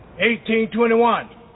1821